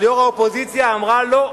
אבל יושבת-ראש האופוזיציה אמרה: לא,